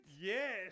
Yes